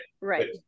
right